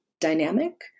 dynamic